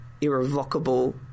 irrevocable